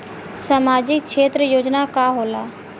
सामाजिक क्षेत्र योजना का होला?